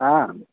हा